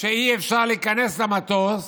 שאי-אפשר להיכנס למטוס